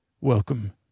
Welcome